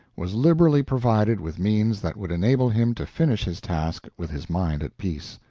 was liberally provided with means that would enable him to finish his task with his mind at peace.